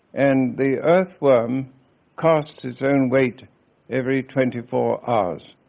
and the earthworm casts its own weight every twenty four hours.